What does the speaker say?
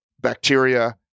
bacteria